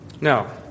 Now